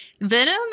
Venom